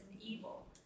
evil